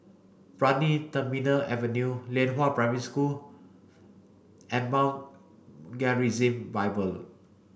Brani Terminal Avenue Lianhua Primary School and Mount Gerizim Bible